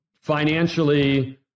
financially